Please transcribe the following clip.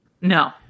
No